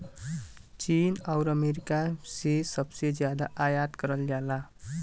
चीन आउर अमेरिका से सबसे जादा आयात करल जाला